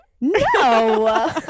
No